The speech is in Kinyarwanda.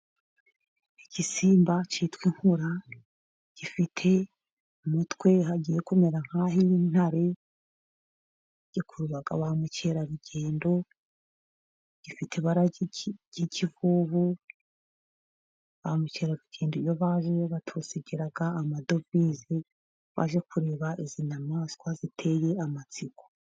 Igisimba cyitwa inkura, gifite umutwe hagiye kumera nkah'intare, gikurura ba mukerarugendo gifite ibara ry'ikivuvu . Ba mukerarugendo iyo baje badusigira amadovize iyo baje kureba izi nyamaswa ziteye amatsiko.